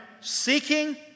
seeking